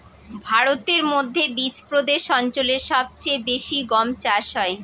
ভারতের মধ্যে বিচপ্রদেশ অঞ্চলে সব চেয়ে বেশি গম চাষ হয়